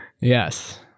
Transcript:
Yes